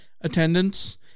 attendance